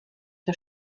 der